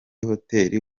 hoteli